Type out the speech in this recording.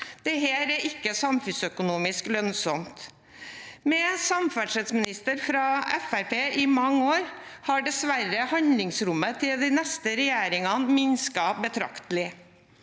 Det er ikke samfunnsøkonomisk lønnsomt. Med samferdselsminister fra Fremskrittspartiet i mange år har dessverre handlingsrommet til de neste regjeringene minsket betraktelig.